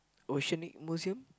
oceanic museum